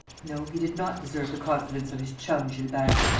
no, he did not deserve the confidence of his chum gilbert.